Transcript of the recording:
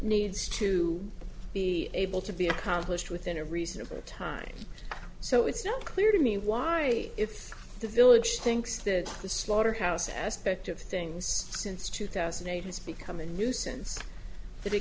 needs to be able to be accomplished within a reasonable time so it's not clear to me why if the village thinks that the slaughterhouse aspect of things since two thousand and eight has become a nuisance that they